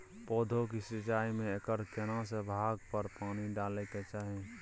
पौधों की सिंचाई में एकर केना से भाग पर पानी डालय के चाही?